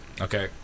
okay